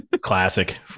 Classic